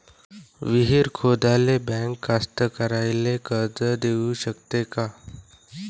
विहीर खोदाले बँक कास्तकाराइले कर्ज देऊ शकते का?